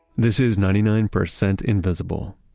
this is ninety nine percent invisible.